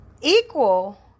equal